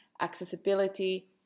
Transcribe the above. accessibility